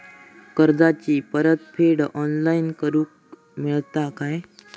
कर्जाची परत फेड ऑनलाइन करूक मेलता काय?